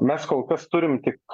mes kol kas turim tik